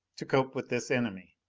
to cope with this enemy?